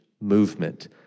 movement